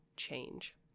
change